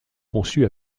conçus